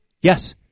Yes